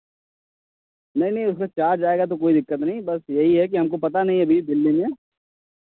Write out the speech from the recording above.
नहीं नहीं उसमें चार्ज़ आएगा तो कोई दिक्कत नहीं बस यही है कि हमको पता नहीं अभी दिल्ली में